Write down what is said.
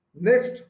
next